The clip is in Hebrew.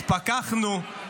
התפכחנו,